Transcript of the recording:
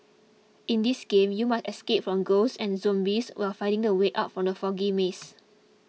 in this game you must escape from ghosts and zombies while finding the way out from the foggy maze